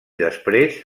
després